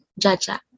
Jaja